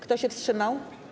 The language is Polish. Kto się wstrzymał?